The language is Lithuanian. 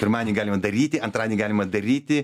pirmadienį galima daryti antradienį galima daryti